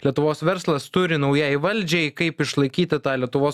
lietuvos verslas turi naujajai valdžiai kaip išlaikyti tą lietuvos